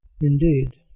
Indeed